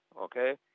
Okay